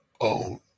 own